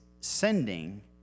sending